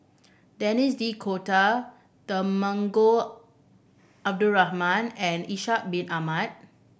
Denis D'Cotta Temenggong Abdul Rahman and Ishak Bin Ahmad